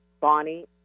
Bonnie